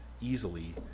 easily –